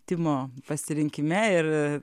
timo pasirinkime ir